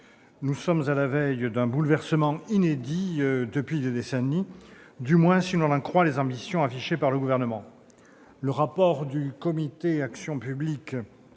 Nous sommes à la veille d'un bouleversement inédit depuis des décennies, du moins si l'on en croit les ambitions affichées par le Gouvernement. Le rapport du comité Action publique